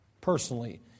personally